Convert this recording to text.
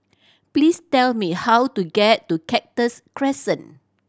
please tell me how to get to Cactus Crescent